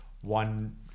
one